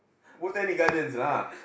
Botanic Gardens lah